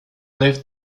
left